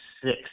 six